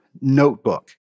notebook